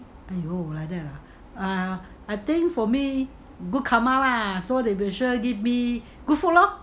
!aiyo! like that ah I think for me good karma lah so they will sure give me good food lor